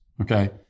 Okay